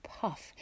puff